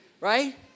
Right